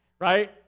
right